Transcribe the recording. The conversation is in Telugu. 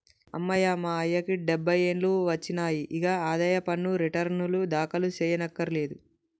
అమ్మయ్య మా అయ్యకి డబ్బై ఏండ్లు ఒచ్చినాయి, ఇగ ఆదాయ పన్ను రెటర్నులు దాఖలు సెయ్యకర్లేదు